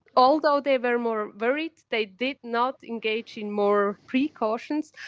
although they were more worried, they did not engage in more precautions,